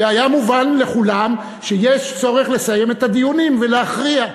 והיה מובן לכולם שיש צורך לסיים את הדיונים ולהכריע,